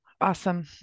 Awesome